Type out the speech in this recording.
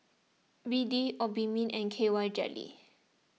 B D Obimin and K Y jelly